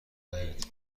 وحید